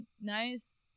nice